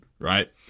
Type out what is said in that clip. right